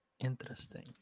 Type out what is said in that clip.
interesting